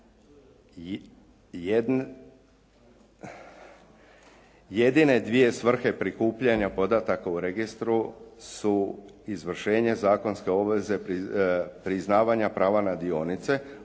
Jedine dvije svrhe prikupljanja podataka u registru su izvršenje zakonske obveze priznavanja prava na dionice